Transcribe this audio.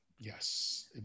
Yes